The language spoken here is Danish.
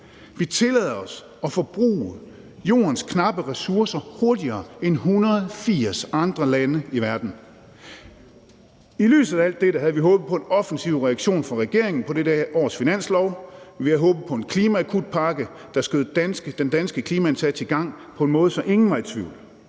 Vi tillader os at forbruge Jordens knappe ressourcer hurtigere end 180 andre lande i verden. I lyset af alt dette havde vi håbet på en offensiv reaktion fra regeringen med dette års finanslov. Vi havde håbet på en klimaakutpakke, der skød den danske klimaindsats i gang på en måde, så ingen var i tvivl.